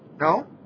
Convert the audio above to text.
No